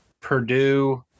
Purdue